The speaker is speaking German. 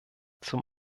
zum